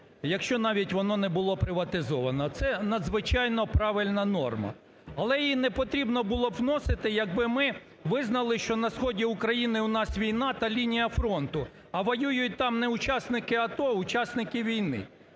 якщо навіть воно не було приватизовано, це надзвичайно правильна норма. Але її не потрібно було б вносити, якби ми визнали, що на сході України у нас війна та лінія фронту, а воюють там не учасники АТО, а учасники війни.